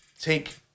take